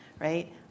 right